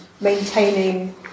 maintaining